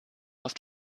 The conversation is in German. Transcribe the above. auf